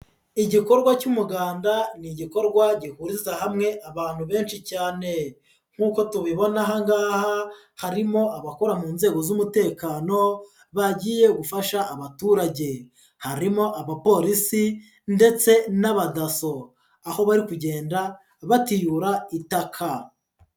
Igikorwa cy'umuganda, ni igikorwa gihuriza hamwe abantu benshi cyane. Nkuko tubibona aha ngaha, harimo abakora mu nzego z'umutekano, bagiye gufasha abaturage. Harimo abapolisi ndetse n'abadaso. Aho bari kugenda batiyura itaka.